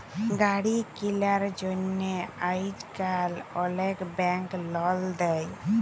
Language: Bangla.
গাড়ি কিলার জ্যনহে আইজকাল অলেক ব্যাংক লল দেই